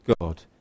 God